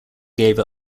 gave